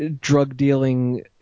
drug-dealing